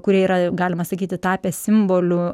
kurie yra galima sakyti tapę simboliu